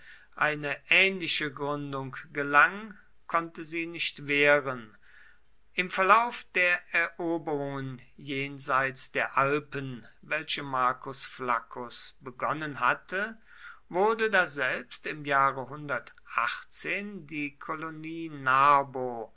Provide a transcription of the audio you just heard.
eine ähnliche gründung gelang konnte sie nicht wehren im verlauf der eroberungen jenseits der alpen welche marcus flaccus begonnen hatte wurde daselbst im jahre die kolonie narbo